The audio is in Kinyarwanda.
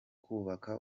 kubaka